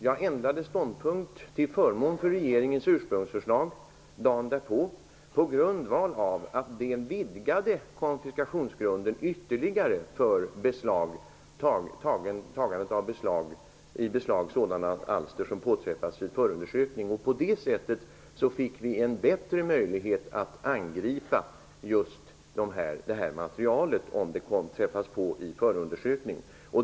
Jag ändrade ståndpunkt till förmån för regeringens ursprungsförslag dagen därpå på grundval av att det vidgade konfiskationsgrunden ytterligare vid beslagtagande av sådana alster som påträffas vid förundersökning. På det sättet fick vi en bättre möjlighet att angripa just detta material om det träffas på i förundersökning.